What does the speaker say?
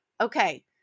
Okay